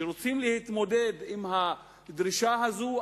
כשרוצים להתמודד עם הדרישה הזו,